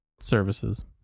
services